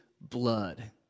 blood